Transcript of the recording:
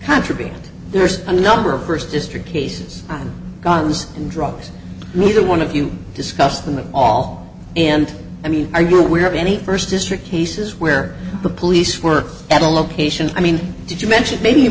contraband there's a number of first district cases guns and drugs neither one of you discuss them at all and i mean are you aware of any first district he says where the police were at a location i mean did you mention maybe you